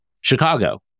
Chicago